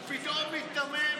הוא פתאום מיתמם.